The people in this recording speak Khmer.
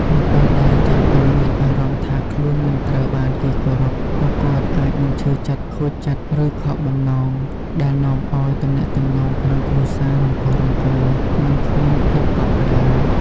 នៅពេលដែលចាស់ទុំមានអារម្មណ៍ថាខ្លួនមិនត្រូវបានគេគោរព ពួកគាត់អាចនឹងឈឺចិត្ត ខូចចិត្ត ឬខកបំណង ដែលនាំឲ្យទំនាក់ទំនងក្នុងគ្រួសាររង្គោះរង្គើ និងគ្មានភាពកក់ក្ដៅ។